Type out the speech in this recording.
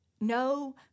No